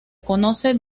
conoce